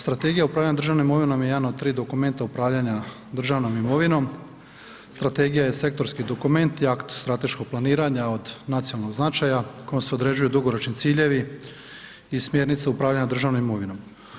Strategija upravljanja državnom imovinom je jedan od 3 dokumenta upravljanja državnom imovinom, strategija je sektorski dokument i akt strateškog planiranja od nacionalnog značaja kojom se određuju dugoročni ciljevi i smjernice upravljanja državnom imovinom.